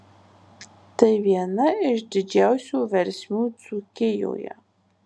tai viena iš didžiausių versmių dzūkijoje